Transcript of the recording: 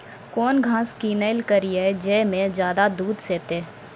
कौन घास किनैल करिए ज मे ज्यादा दूध सेते?